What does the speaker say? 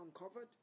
uncovered